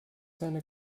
seine